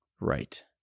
Right